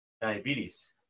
diabetes